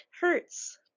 hurts